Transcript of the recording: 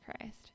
christ